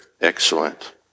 Excellent